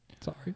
Sorry